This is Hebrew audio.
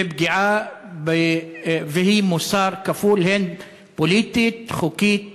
ופגיעה, והיא מוסר כפול, פוליטית, חוקית ומוסרית.